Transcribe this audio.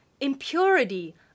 impurity